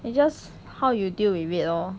it's just how you deal with it lor